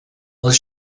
els